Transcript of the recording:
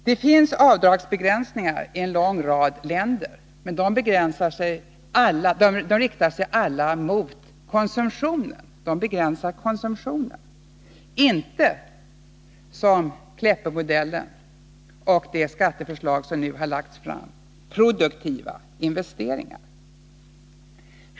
Det finns avdragsbegränsningar i en lång rad länder, men de är alla inriktade på att begränsa konsumtionen, inte — som Kleppemodellen och det skatteförslag som nu har lagts fram — produktiva investeringar.